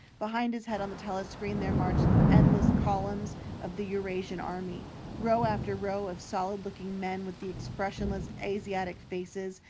behind his head on the telescreen there marched the endless columns of the eurasian army row after row of solid-looking men with expressionless asiatic faces,